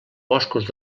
boscos